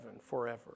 forever